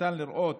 וניתן לראות